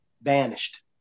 banished